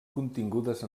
contingudes